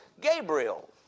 Gabriel